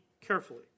carefully